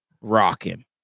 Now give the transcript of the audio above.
rocking